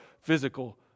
physical